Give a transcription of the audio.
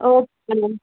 okay ma'am